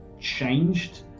changed